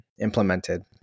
implemented